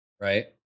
Right